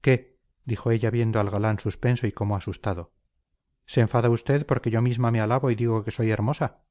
qué dijo ella viendo al galán suspenso y como asustado se enfada usted porque yo misma me alabo y digo que soy hermosa